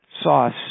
sauce